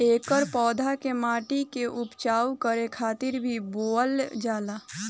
एकर पौधा के माटी के उपजाऊ करे खातिर भी बोअल जाला